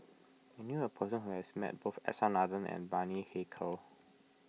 I knew a person who has met both S R Nathan and Bani Haykal